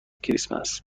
کریسمس